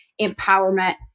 empowerment